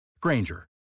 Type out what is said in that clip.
Granger